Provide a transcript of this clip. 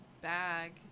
bag